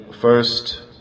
first